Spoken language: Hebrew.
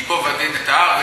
ייקוב הדין את ההר,